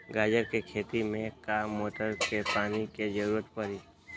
गाजर के खेती में का मोटर के पानी के ज़रूरत परी?